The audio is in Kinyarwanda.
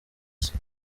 saa